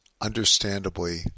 understandably